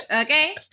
Okay